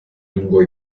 lungo